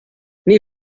nee